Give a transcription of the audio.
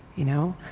you know.